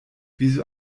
wieso